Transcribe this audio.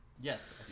Yes